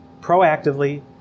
proactively